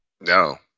no